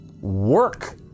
work